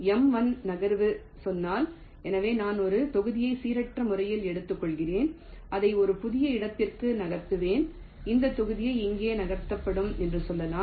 M1 நகர்வு சொன்னால் எனவே நான் ஒரு தொகுதியை சீரற்ற முறையில் எடுத்துக்கொள்கிறேன் அதை ஒரு புதிய இடத்திற்கு நகர்த்துவேன் இந்த தொகுதி இங்கே நகர்த்தப்படும் என்று சொல்லலாம்